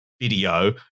video